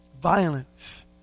violence